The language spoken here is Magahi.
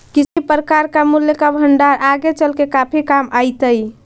किसी भी प्रकार का मूल्य का भंडार आगे चलकर काफी काम आईतई